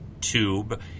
tube